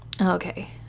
okay